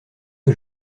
que